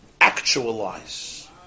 actualize